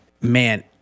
man